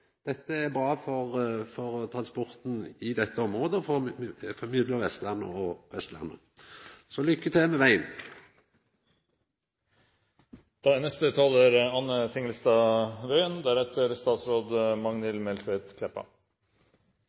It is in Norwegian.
dette er ei god sak, dette er bra for transporten i dette området mellom Vestlandet og Austlandet. Så lykke til med vegen! Jeg er